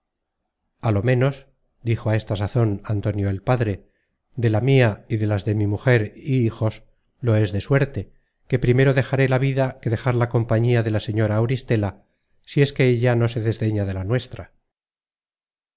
a lo menos dijo á esta sazon antonio el padre de la mia y de las de mi mujer y hijos lo es de suerte que primero dejaré la vida que dejar la compañía de la señora auristela si es que ella no se desdeña de la nuestra